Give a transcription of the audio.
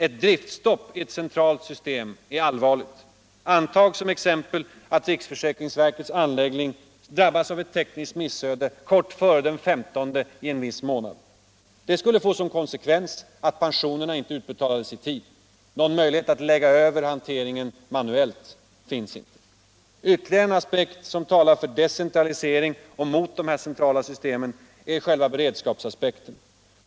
Ett driftstopp i ett centralt system är allvarligt. Antag, som exempel, att riksförsäkringsverkets anläggning drabbas av ett tekniskt missöde kort före den 15 i en viss månad. Det skulle få som konsckvens att pensionerna inte utbetalades i tid. Någon möjltighet att gå över till manuell hantering finns inte. Ytterligare en aspekt, som talar för decentralisering och mot centrala system, är beredskapsaspekten.